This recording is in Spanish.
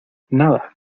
nada